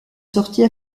sortie